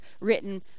written